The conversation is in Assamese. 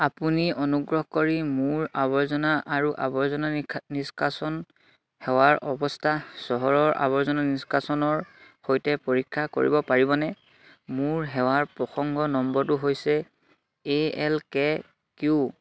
আপুনি অনুগ্ৰহ কৰি মোৰ আৱৰ্জনা আৰু আৱৰ্জনা নিষ্কাশন সেৱাৰ অৱস্থা চহৰৰ আৱৰ্জনা নিষ্কাশনৰ সৈতে পৰীক্ষা কৰিব পাৰিবনে মোৰ সেৱাৰ প্ৰসংগ নম্বৰটো হৈছে এ এল কে কিউ